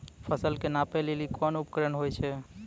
फसल कऽ नापै लेली कोन उपकरण होय छै?